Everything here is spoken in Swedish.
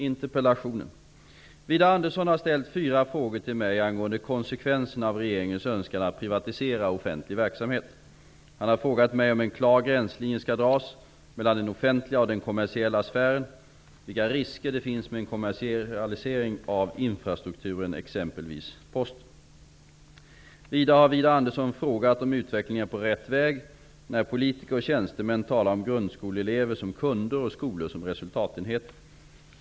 Widar Andersson har ställt fyra frågor till mig angående konsekvenserna av regeringens önskan att privatisera offentlig verksamhet. Han har frågat mig om en klar gränslinje skall dras mellan den offentliga och den kommersiella sfären och vilka risker det finns med en kommersialisering av infrastrukturen, exempelvis posten. Vidare har Widar Andersson frågat om utvecklingen är på rätt väg när politiker och tjänstemän talar om grundskoleelever som kunder och skolor som resultatenheter.